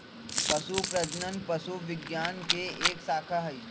पशु प्रजनन पशु विज्ञान के एक शाखा हई